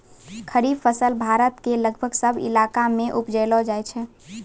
खरीफ फसल भारत के लगभग सब इलाका मॅ उपजैलो जाय छै